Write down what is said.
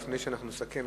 לפני שאנחנו נסכם,